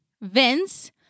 Vince